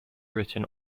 written